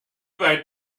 weit